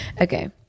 Okay